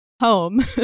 home